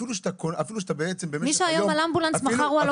אפילו שאתה בעצם -- מי שהיום הוא על אמבולנס מחר הוא על אופנולנס.